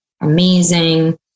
amazing